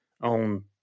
on